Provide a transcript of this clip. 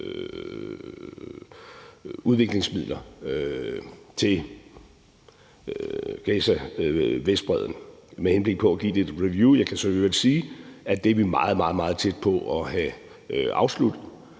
udviklingsmidler til Gaza, Vestbredden, med henblik på at give det et review. Jeg kan så i øvrigt sige, at det er vi meget, meget tæt på at have afsluttet,